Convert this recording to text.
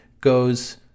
goes